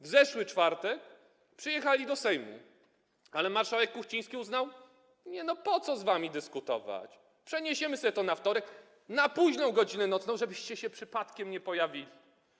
W zeszły czwartek przyjechali do Sejmu, ale marszałek Kuchciński uznał: nie no, po co z wami dyskutować, przeniesiemy sobie to na wtorek, na późną godzinę nocną, żebyście się przypadkiem nie pojawili.